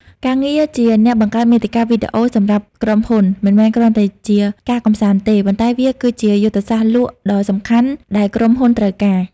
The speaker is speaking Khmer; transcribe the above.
ការងារជាអ្នកបង្កើតមាតិកាវីដេអូសម្រាប់ក្រុមហ៊ុន មិនមែនគ្រាន់តែជាការកម្សាន្តទេ ប៉ុន្តែវាគឺជាយុទ្ធសាស្ត្រលក់ដ៏សំខាន់ដែលក្រុមហ៊ុនត្រូវការ។